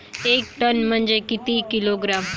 एक टन म्हनजे किती किलोग्रॅम?